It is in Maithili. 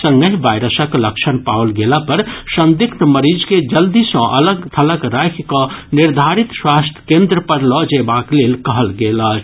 संगहि वायरसक लक्षण पाओल गेला पर संदिग्ध मरीज के जल्दी सँ अलग थलग राखि कऽ निर्धारित स्वास्थ्य केन्द्र पर लऽ जेबाक लेल कहल गेल अछि